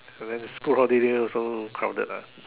and then the school holiday also crowded lah